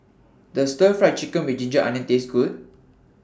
Does Stir Fried Chicken with Ginger Onions Taste Good